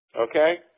okay